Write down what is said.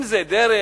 אם זה דרך,